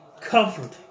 Comfort